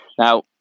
Now